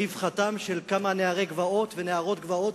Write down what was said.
ורווחתם של כמה נערי גבעות ונערות גבעות.